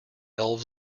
elves